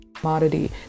commodity